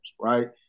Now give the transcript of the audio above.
right